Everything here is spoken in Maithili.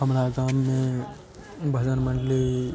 हमरा गाममे भजन मण्डली